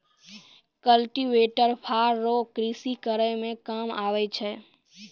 cultivator फार रो कृषि करै मे काम आबै छै